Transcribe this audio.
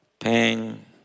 Pain